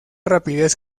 rapidez